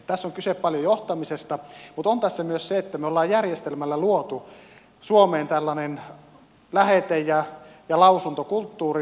tässä on kyse paljon johtamisesta mutta on tässä myös se että me olemme järjestelmällä luoneet tällaisen lähete ja lausuntokulttuurin